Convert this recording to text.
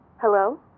Hello